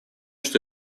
что